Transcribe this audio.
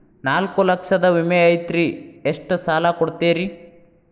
ನಾಲ್ಕು ಲಕ್ಷದ ವಿಮೆ ಐತ್ರಿ ಎಷ್ಟ ಸಾಲ ಕೊಡ್ತೇರಿ?